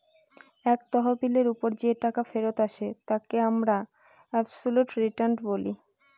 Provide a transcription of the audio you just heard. এক তহবিলের ওপর যে টাকা ফেরত আসে তাকে আমরা অবসোলুট রিটার্ন বলি